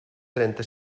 trenta